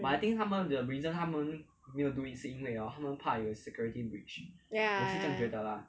ya ya